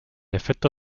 efecto